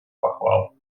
похвал